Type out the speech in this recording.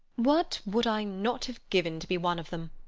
what would i not have given to be one of them!